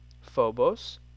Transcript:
Phobos